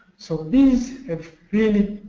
so these have really